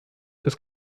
das